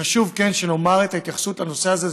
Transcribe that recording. חשוב שנאמר את ההתייחסות לנושא הזה,